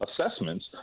assessments